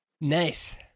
Nice